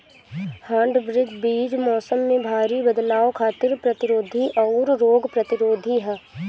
hybrid बीज मौसम में भारी बदलाव खातिर प्रतिरोधी आउर रोग प्रतिरोधी ह